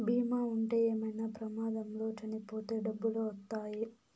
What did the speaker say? బీమా ఉంటే ఏమైనా ప్రమాదంలో చనిపోతే డబ్బులు వత్తాయి